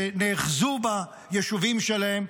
שנאחזו ביישובים שלהם,